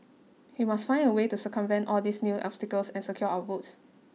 he must find a way to circumvent all these new obstacles and secure our votes